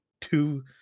two